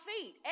feet